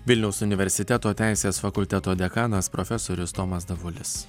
vilniaus universiteto teisės fakulteto dekanas profesorius tomas davulis